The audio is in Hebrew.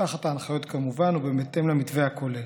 תחת ההנחיות, כמובן, ובהתאם למתווה הכולל.